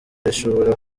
rishobora